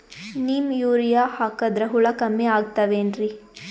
Neem urea ಹಾಕದ್ರ ಹುಳ ಕಮ್ಮಿ ಆಗತಾವೇನರಿ?